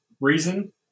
reason